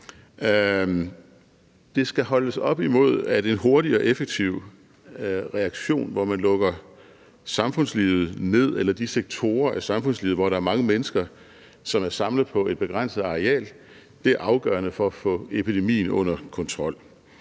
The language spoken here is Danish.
Det skal holdes op imod, at en hurtig og effektiv reaktion, hvor man lukker samfundslivet eller de sektorer af samfundslivet ned, hvor der er mange mennesker, som er samlet på et begrænset areal, er afgørende for at få epidemien under kontrol.